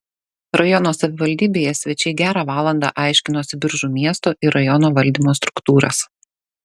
rajono savivaldybėje svečiai gerą valandą aiškinosi biržų miesto ir rajono valdymo struktūras